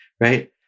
Right